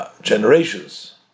generations